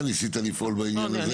נכון.